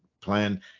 plan